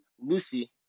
Lucy